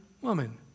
woman